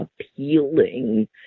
appealing